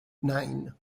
nine